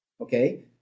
okay